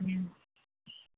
ओम